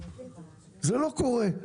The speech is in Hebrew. זה לא קורה.